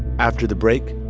after the break,